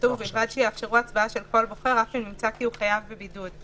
כתוב " ובלבד שיאפשרו הצבעה של כל בוחר אף אם נמצא כי הוא חייב בבידוד".